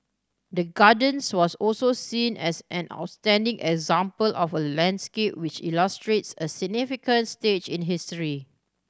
the Gardens was also seen as an outstanding example of a landscape which illustrates a significant stage in history